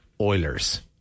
Oilers